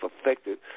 affected